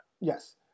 Yes